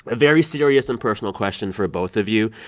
very serious and personal question for both of you.